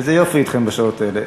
איזה יופי אתכם בשעות האלה.